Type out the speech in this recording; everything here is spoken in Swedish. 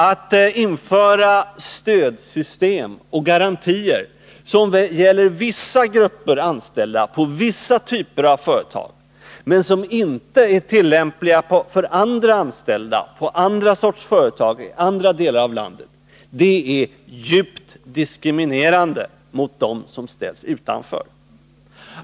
Att införa stödsystem och garantier som gäller vis: grupper anställda på vissa typer av företag men som inte är tillämpliga för andra anställda på andra sorters företag och i andra delar av landet är djupt diskriminerande för dem som ställs utanför.